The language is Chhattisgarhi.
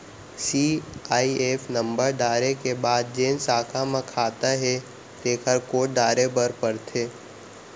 सीआईएफ नंबर डारे के बाद जेन साखा म खाता हे तेकर कोड डारे बर परथे